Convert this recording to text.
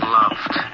loved